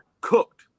cooked